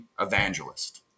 evangelist